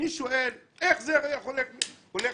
אני שואל: איך זה הולך לקרות?